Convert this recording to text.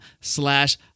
slash